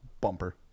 bumper